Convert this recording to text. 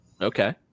Okay